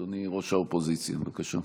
אדוני ראש האופוזיציה, בבקשה.